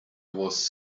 was